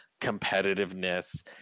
competitiveness